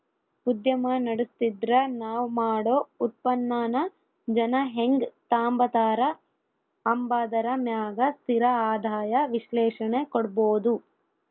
ಉದ್ಯಮ ನಡುಸ್ತಿದ್ರ ನಾವ್ ಮಾಡೋ ಉತ್ಪನ್ನಾನ ಜನ ಹೆಂಗ್ ತಾಂಬತಾರ ಅಂಬಾದರ ಮ್ಯಾಗ ಸ್ಥಿರ ಆದಾಯ ವಿಶ್ಲೇಷಣೆ ಕೊಡ್ಬೋದು